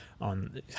on